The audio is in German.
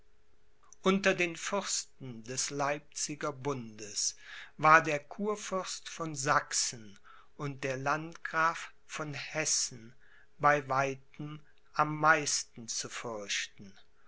unter den fürsten des leipziger bundes waren der kurfürst von sachsen und der landgraf von hessen bei weitem am meisten zu fürchten